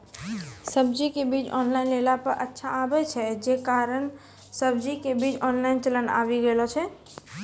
सब्जी के बीज ऑनलाइन लेला पे अच्छा आवे छै, जे कारण सब्जी के बीज ऑनलाइन चलन आवी गेलौ छै?